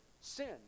sin